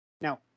Now